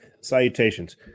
salutations